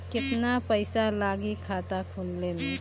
केतना पइसा लागी खाता खोले में?